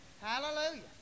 Hallelujah